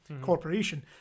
Corporation